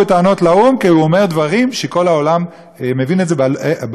כי הוא אומר דברים שכל העולם מבין אותם בהיגיון האנושי,